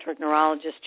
neurologist